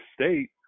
State